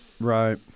Right